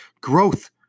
Growth